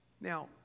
Now